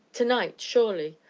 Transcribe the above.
to-night, surely,